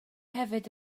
hefyd